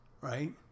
Right